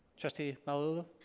trustee malauulu.